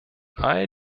all